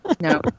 No